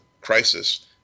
crisis